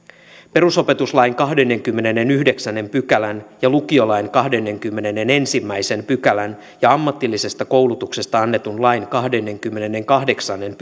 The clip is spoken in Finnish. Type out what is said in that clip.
perusopetuslain kahdennenkymmenennenyhdeksännen pykälän ja lukiolain kahdennenkymmenennenensimmäisen pykälän ja ammatillisesta koulutuksesta annetun lain kahdennenkymmenennenkahdeksannen